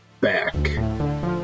back